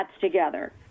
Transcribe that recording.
together